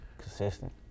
Consistent